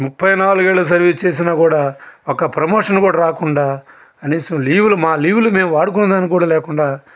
ముప్పై నాలుగేళ్ళు సర్వీస్ చేసినా కూడ ఒక్క ప్రమోషన్ కూడ రాకుండా కనీసం లీవులు మా లీవులు మేము వాడుకొందానికి కూడ లేకుండా